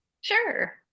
Sure